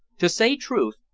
to say truth,